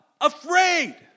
Afraid